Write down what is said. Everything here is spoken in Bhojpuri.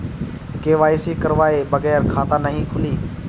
के.वाइ.सी करवाये बगैर खाता नाही खुली?